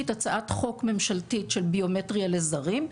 הצעת חוק ממשלתית של ביומטריה לזרים,